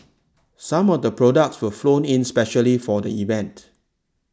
some of the products were flown in specially for the event